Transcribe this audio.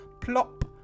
Plop